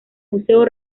museo